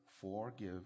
forgive